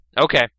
Okay